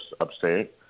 upstate